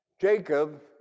Jacob